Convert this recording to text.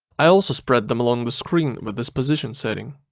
i also spread them along the screen with the position setting.